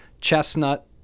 chestnut